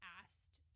asked